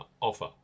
Offer